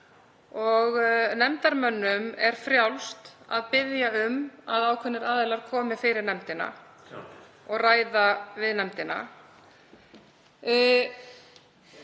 og nefndarmönnum er frjálst að biðja um að ákveðnir aðilar komi fyrir nefndina og ræði við hana.